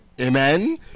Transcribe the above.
Amen